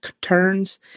turns